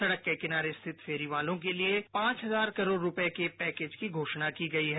सड़क के किनारे स्थित फेरी वालों के लिए पांच हजार करोड़ रूपये की पैकेज की घोषणा की गई है